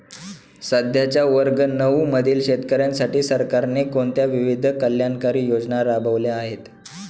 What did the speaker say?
सध्याच्या वर्ग नऊ मधील शेतकऱ्यांसाठी सरकारने कोणत्या विविध कल्याणकारी योजना राबवल्या आहेत?